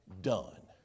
done